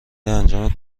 انجام